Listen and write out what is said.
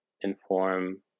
inform